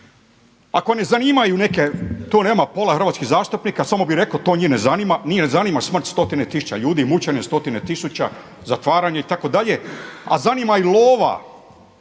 Ako ne zanimaju neke, tu nema pola hrvatskih zastupnika, to njih ne zanima, njih ne zanima smrt stotine tisuća ljudi, mučene stotine tisuća, zatvaranje itd. A zanima ih lova.